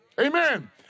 Amen